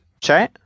c'è